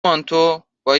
مانتو، با